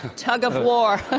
tug-of-war.